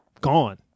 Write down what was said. gone